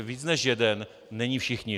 Víc než jeden není všichni.